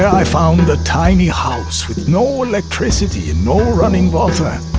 i found a tiny house with no electricity and no running water.